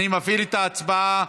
אני מפעיל את ההצבעה.